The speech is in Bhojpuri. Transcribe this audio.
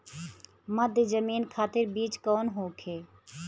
मध्य जमीन खातिर बीज कौन होखे?